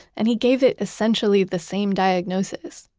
and he gave it essentially the same diagnosis.